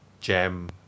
jam